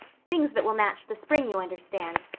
things that will match the spring, you understand.